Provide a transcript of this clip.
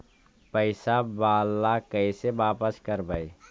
पैसा बाला कैसे बापस करबय?